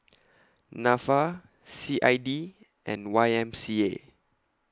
Nafa C I D and Y M C A